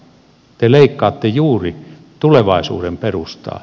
te leikkaatte juuri tulevaisuuden perustaa